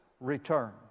return